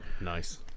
Nice